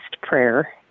prayer